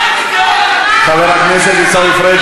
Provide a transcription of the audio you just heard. חבר הכנסת עיסאווי פריג',